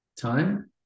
time